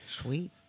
Sweet